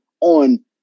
on